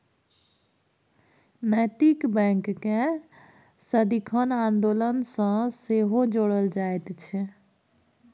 नैतिक बैंककेँ सदिखन आन्दोलन सँ सेहो जोड़ल जाइत छै